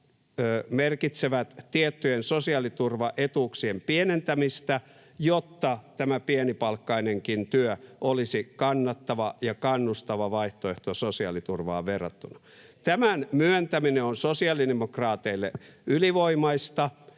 merkitsevät tiettyjen sosiaaliturvaetuuksien pienentämistä, jotta pienipalkkainenkin työ olisi kannattava ja kannustava vaihtoehto sosiaaliturvaan verrattuna. Tämän myöntäminen on sosiaalidemokraateille ylivoimaista,